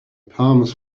palms